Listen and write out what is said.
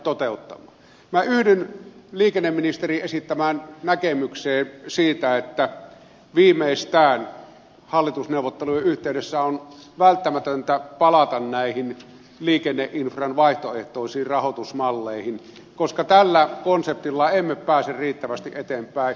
minä yhdyn liikenneministerin esittämään näkemykseen siitä että viimeistään hallitusneuvottelujen yhteydessä on välttämätöntä palata näihin liikenneinfran vaihtoehtoisiin rahoitusmalleihin koska tällä konseptilla emme pääse riittävästi eteenpäin